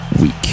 week